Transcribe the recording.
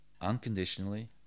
unconditionally